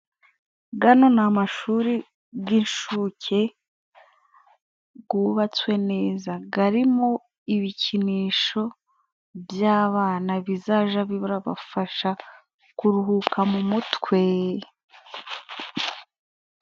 Gano ni amashuri g'inshuke gubatswe neza. Gari mo ibikinisho by'abana, bizaja birabarabafasha kuruhuka mu mutwe.